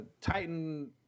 Titan